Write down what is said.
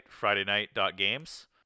FridayNight.Games